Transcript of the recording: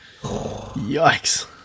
yikes